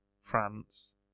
France